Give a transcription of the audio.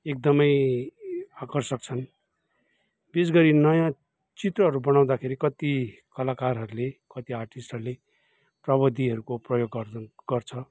एकदमै आकर्षक छन् त्यसगरी नयाँ चित्रहरू बनाउँदाखेरि कति कलाकारहरूले कति आर्टिस्टहरूले प्रविधिहरको प्रयोग गर गर्छ